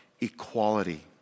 equality